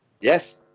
Yes